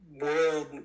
world